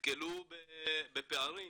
נתקלו בפערים.